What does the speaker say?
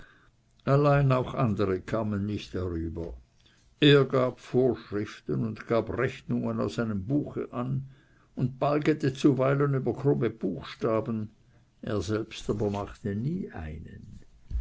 allein auch andere kamen nicht darüber er gab vorschriften und gab rechnungen aus einem buche an und balgete zuweilen über krumme buchstaben er selbst aber machte nie einen